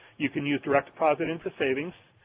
you can use direct deposit into savings,